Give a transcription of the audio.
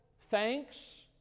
Thanks